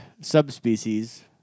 subspecies